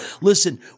Listen